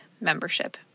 membership